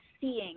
seeing